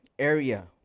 area